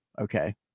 okay